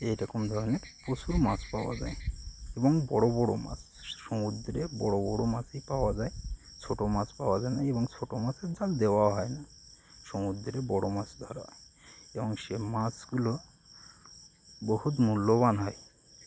এইরকম ধরনের প্রচুর মাছ পাওয়া যায় এবং বড়ো বড়ো মাছ সমুদ্রে বড়ো বড়ো মাছই পাওয়া যায় ছোটো মাছ পাওয়া যায় না এবং ছোটো মাছের জাল দেওয়াও হয় না সমুদ্রে বড়ো মাছ ধরা হয় এবং সে মাছগুলো বহুত মূল্যবান হয়